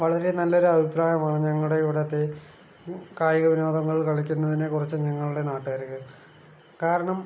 വളരെ നല്ലൊരു അഭിപ്രായമാണ് ഞങ്ങളുടെ ഇവിടത്തെ കായിക വിനോദങ്ങൾ കളിക്കുന്നതിനെക്കുറിച്ച് ഞങ്ങളുടെ നാട്ടുകാർക്ക് കാരണം